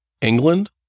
England